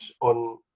on